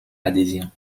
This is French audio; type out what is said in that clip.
adhésion